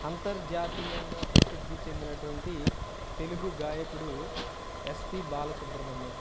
అంతర్జాతీయంగా ప్రసిద్ధి చెందినటువంటి తెలుగు గాయకుడు ఎస్పీ బాలసుబ్రమణ్యం